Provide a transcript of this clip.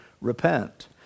repent